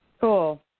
Cool